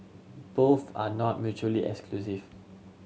both are not mutually exclusive